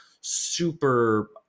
super